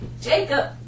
Jacob